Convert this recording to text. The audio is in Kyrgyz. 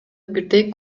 бирдей